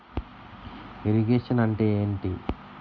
Irrigation అంటే ఏంటీ?